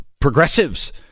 progressives